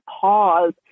pause